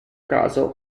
caso